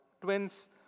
twins